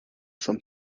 some